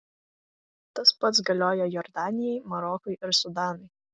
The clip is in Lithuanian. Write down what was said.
tas pats galioja jordanijai marokui ir sudanui